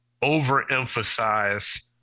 Overemphasize